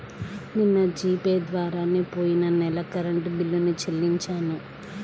నిన్న G pay ద్వారానే పొయ్యిన నెల కరెంట్ బిల్లుని చెల్లించాను